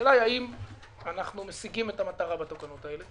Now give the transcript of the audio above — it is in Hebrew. השאלה היא האם אנחנו משיגים את המטרה בתקנות האלה